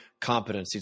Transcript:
competencies